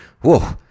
whoa